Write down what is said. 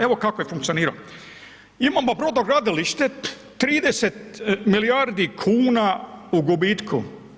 Evo kako je funkcionirao, imamo brodogradilište 30 milijardi kuna u gubitku.